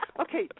Okay